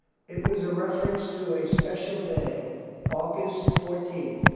it was a reference to a special day august fourteenth,